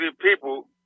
people